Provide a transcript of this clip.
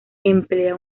emplea